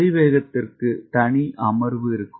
அதிவேகத்திற்கு தனி அமர்வு இருக்கும்